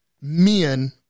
men